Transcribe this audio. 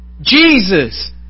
Jesus